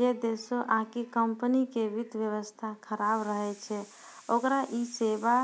जै देशो आकि कम्पनी के वित्त व्यवस्था खराब रहै छै ओकरा इ सेबा